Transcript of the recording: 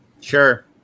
Sure